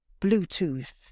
Bluetooth